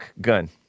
gun